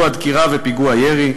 עוד פיגוע דקירה,